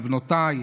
לבנותיי,